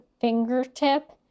fingertip